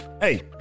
Hey